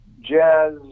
jazz